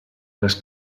les